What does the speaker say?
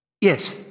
Yes